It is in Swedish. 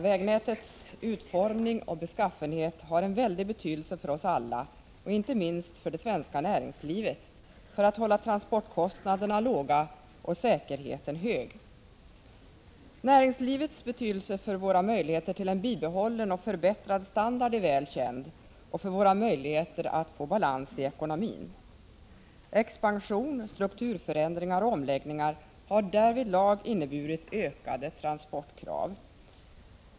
Vägnätets utformning och beskaffenhet har en väldig betydelse för oss alla, inte minst för det svenska näringslivet — för att hålla transportkostnaderna låga och säkerheten hög. Näringslivets betydelse för våra möjligheter till en bibehållen och förbättrad standard är väl känd, liksom också för våra möjligheter att få balans i ekonomin. Expansion, strukturförändringar och omläggningar i näringslivet har därvidlag inneburit ökade transportkrav.